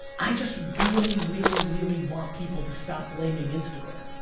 i just really, really, really want people to stop blaming instagram.